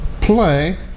play